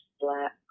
black